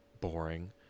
boring